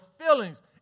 feelings